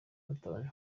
batabanje